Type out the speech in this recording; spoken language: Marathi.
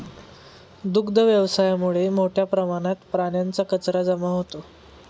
दुग्ध व्यवसायामुळे मोठ्या प्रमाणात प्राण्यांचा कचरा जमा होतो